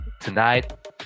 tonight